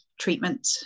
treatment